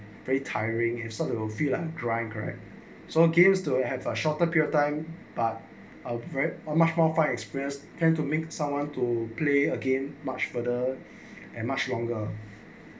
very tiring have sort of a freelance drying correct so games to have a shorter period time but outbreak are much more fight expressed tend to make someone to play again much further and much longer